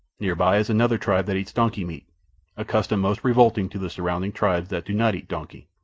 near by is another tribe that eats donkey-meat a custom most revolting to the surrounding tribes that do not eat donkey.